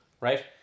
Right